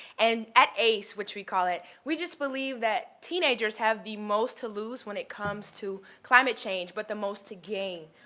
and at ace, which we call it, we just believe that teenagers have the most to lose when it comes to climate change, but the most to gain,